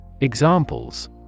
Examples